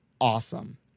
awesome